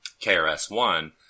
KRS-One